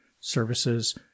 services